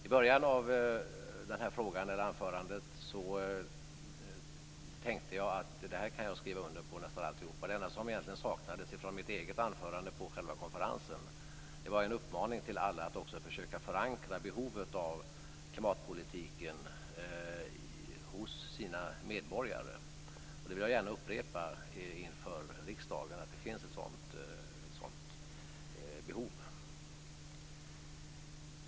I början av anförandet tänkte jag att jag kunde skriva under på nästan alltihop. Det enda som egentligen saknades i mitt eget anförande på själva konferensen var en uppmaning till alla att också försöka förankra behovet av en klimatpolitik hos sina medborgare. Jag vill gärna upprepa inför riksdagen att det finns ett sådant behov.